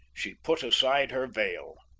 she put aside her veil.